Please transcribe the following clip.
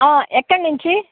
ఎక్కడ నుంచి